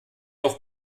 auch